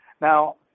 Now